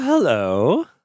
Hello